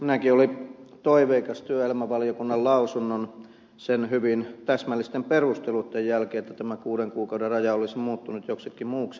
minäkin olin toiveikas työelämävaliokunnan lausunnon ja sen hyvin täsmällisten perusteluitten jälkeen että tämä kuuden kuukauden raja olisi muuttunut joksikin muuksi mutta ei